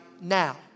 now